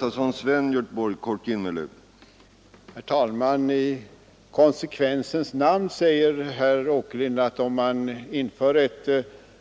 Herr talman! Om man inför ett